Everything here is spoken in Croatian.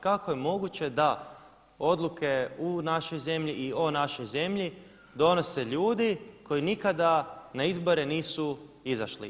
Kako je moguće da odluke u našoj zemlji i o našoj zemlji donose ljudi koji nikada na izbore nisu izašli.